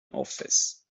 office